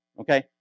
Okay